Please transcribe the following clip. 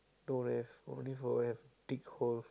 don't have only for have dick hole